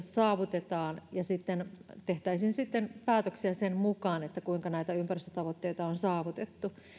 saavutetaan ja sitten tehtäisiin päätöksiä sen mukaan kuinka ympäristötavoitteita on saavutettu